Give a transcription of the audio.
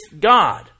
God